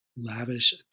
lavish